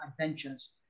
adventures